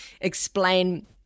explain